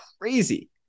crazy